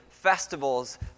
...festivals